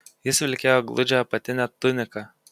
jis vilkėjo gludžią apatinę tuniką